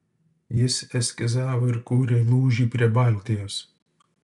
jis eskizavo ir kūrė lūžį prie baltijos